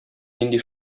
нинди